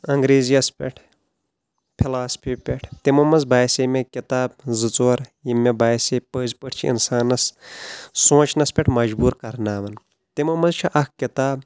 انٛگریزی یس پٮ۪ٹھ فلاسفی پٮ۪ٹھ تِمو منٛز باسیٚیہِ مےٚ کِتاب زٕ ژور یِم مےٚ باسیٚیہِ پٔزۍ پٲٹھۍ چھِ انسانس سونٛچنس پٮ۪ٹھ مجبور کرناوان تِمو منٛز چھِ اکھ کِتاب